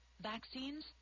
vaccines